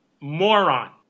Moron